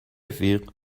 رفیق